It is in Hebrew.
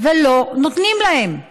ולא נותנים להם.